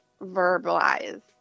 verbalize